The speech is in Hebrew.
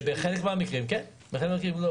בחלק מהמקרים כן ובחלק מהמקרים לא.